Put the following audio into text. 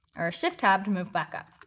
or shift-tab to move back up.